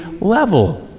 level